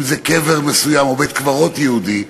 אם זה קבר מסוים, או בית-קברות יהודי,